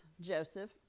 Joseph